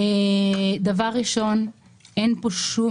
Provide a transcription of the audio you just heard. אענה לכל הטענות שלך כסדרן.